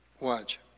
Watch